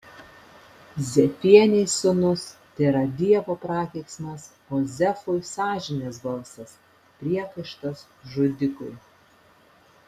zefienei sūnus tėra dievo prakeiksmas o zefui sąžinės balsas priekaištas žudikui